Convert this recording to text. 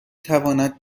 تواند